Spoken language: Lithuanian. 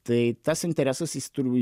tai tas interesas jis tur